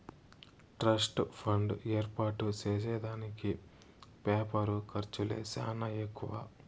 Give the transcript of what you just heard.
trust fund ఏర్పాటు చేసే దానికి పేపరు ఖర్చులే సానా ఎక్కువ